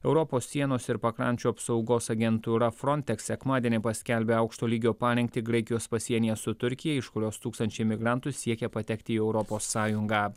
europos sienos ir pakrančių apsaugos agentūra frontex sekmadienį paskelbė aukšto lygio parengtį graikijos pasienyje su turkija iš kurios tūkstančiai migrantų siekia patekti į europos sąjungą